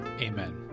Amen